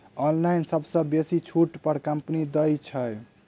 Online सबसँ बेसी छुट पर केँ कंपनी दइ छै?